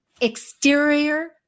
exterior